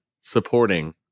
supporting